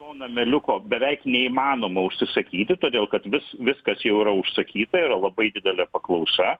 to nameliuko beveik neįmanoma užsisakyti todėl kad vis viskas jau užsakyta yra labai didelė paklausa